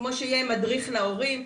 כמו שיהיה מדריך להורים,